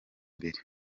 imbere